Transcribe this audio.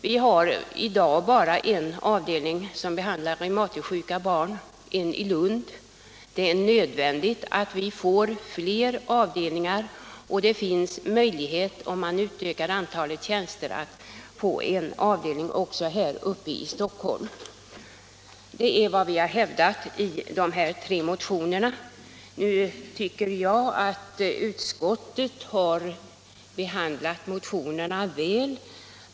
Vi har i dag bara en avdelning, där reumatikersjuka barn behandlas, nämligen i Lund. Det är nödvändigt att vi får fler sådana avdelningar, och om man utökar antalet tjänster finns det möjlighet att få en sådan också här i Stockholm. Detta är vad vi hävdat i våra motioner. Jag tycker att utskottet har behandlat motionerna väl.